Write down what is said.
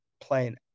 playing